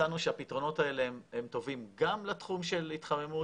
מצאנו שהפתרונות האלה הם טובים גם לתחום של התחממות